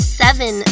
seven